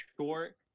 short